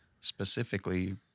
specifically